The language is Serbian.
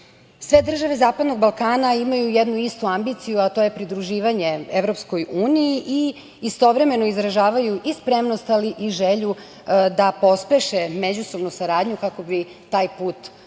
države zapadnog Balkana imaju jednu istu ambiciju, a to je pridruživanje EU i istovremeno izražavaju i spremnost, ali i želju da pospeše međusobnu saradnju kako bi taj put ka